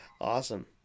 Awesome